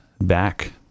back